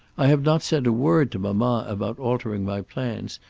i have not said a word to mamma about altering my plans,